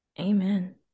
Amen